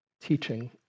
teaching